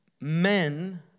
men